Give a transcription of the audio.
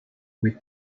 with